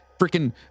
Freaking